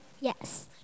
Yes